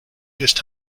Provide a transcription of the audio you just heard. just